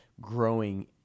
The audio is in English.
growing